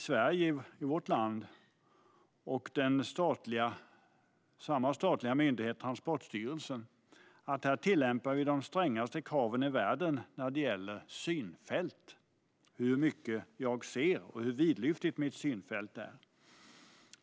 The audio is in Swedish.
Sverige och den statliga myndigheten Transportstyrelsen tillämpar de strängaste kraven i världen när det gäller synfält, alltså hur mycket jag ser och hur brett mitt synfält är.